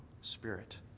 spirit